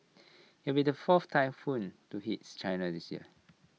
IT will be the fourth typhoon to hits China this year